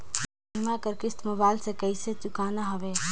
बीमा कर किस्त मोबाइल से कइसे चुकाना हवे